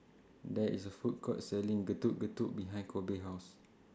There IS A Food Court Selling Getuk Getuk behind Kobe's House